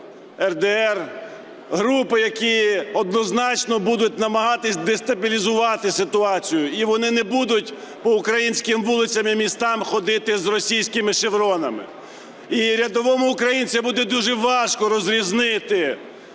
РДР - групи, які однозначно будуть намагатись дестабілізувати ситуацію, і вони не будуть по українським вулицям і містам ходити з російськими шевронами. І рядовому українцю буде дуже важко розрізнити